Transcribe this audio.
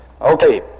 Okay